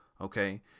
Okay